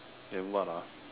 then what ah